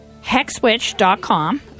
HexWitch.com